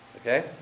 Okay